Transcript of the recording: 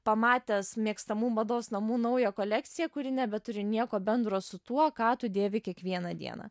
pamatęs mėgstamų mados namų naują kolekciją kuri nebeturi nieko bendro su tuo ką tu dėvi kiekvieną dieną